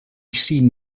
seen